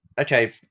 Okay